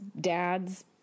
dad's